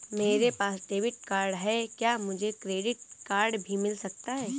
मेरे पास debit card है क्या मुझे क्रेडिट कार्ड भी मिल सकता है?